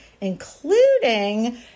including